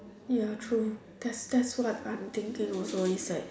ya true that's that's what I'm thinking also is like